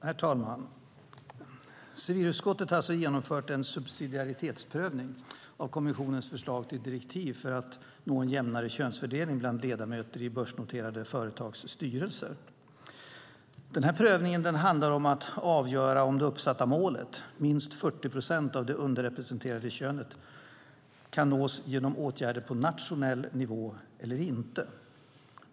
Herr talman! Civilutskottet har genomfört en subsidiaritetsprövning av kommissionens förslag till direktiv för att nå en jämnare könsfördelning bland ledamöter i börsnoterade företags styrelser. Prövningen handlar om att avgöra om det uppsatta målet, minst 40 procent av det underrepresenterade könet, kan nås genom åtgärder på nationell nivå eller inte.